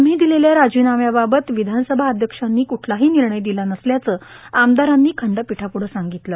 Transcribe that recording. आम्ही दिलेल्या राजीनाम्याबाबत विधानसभा अध्यक्षांनी कुठलाही निर्णय दिला नसल्याचं आमदारांनी खंडपीठापुढं सांगितलं